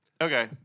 Okay